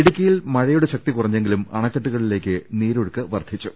ഇടുക്കിയിൽ മഴയുടെ ശക്തി കുറഞ്ഞെങ്കിലും അണക്കെ ട്ടുകളിലേക്ക് നീരൊഴുക്ക് വർദ്ധിച്ചു